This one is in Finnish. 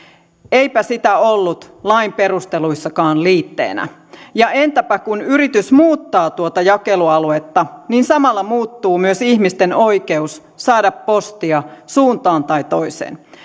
eipä sitä ollut lain perusteluissakaan liitteenä ja entäpä kun yritys muuttaa tuota jakelualuetta samalla muuttuu myös ihmisten oikeus saada postia suuntaan tai toiseen